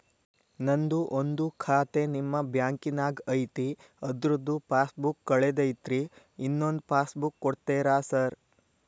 ನಂದು ಒಂದು ಖಾತೆ ನಿಮ್ಮ ಬ್ಯಾಂಕಿನಾಗ್ ಐತಿ ಅದ್ರದು ಪಾಸ್ ಬುಕ್ ಕಳೆದೈತ್ರಿ ಇನ್ನೊಂದ್ ಪಾಸ್ ಬುಕ್ ಕೂಡ್ತೇರಾ ಸರ್?